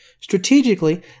Strategically